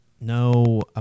No